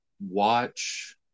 watch